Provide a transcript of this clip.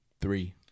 three